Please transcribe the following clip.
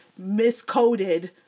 miscoded